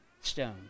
stone